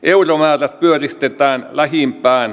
euromäärät pyöristetään lähimpään